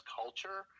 culture